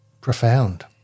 profound